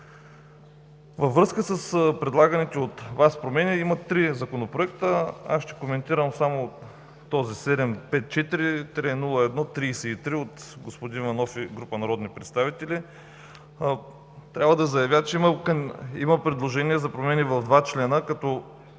Във връзка с предлаганите от Вас промени – има три законопроекта. Аз ще коментирам този –№ 754-301-33, от господин Иванов и група народни представители. Трябва да заявя, че има предложения за промени в два члена, като